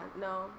no